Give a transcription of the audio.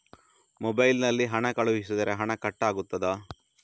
Mobile ನಲ್ಲಿ ಹಣ ಕಳುಹಿಸಿದರೆ ಹಣ ಕಟ್ ಆಗುತ್ತದಾ?